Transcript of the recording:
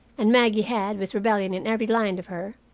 and maggie had, with rebellion in every line of her,